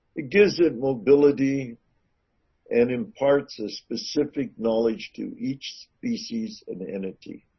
it gives it mobility and imparts a specific knowledge to each species and entity.